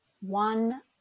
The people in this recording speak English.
One